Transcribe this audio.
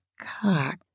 cock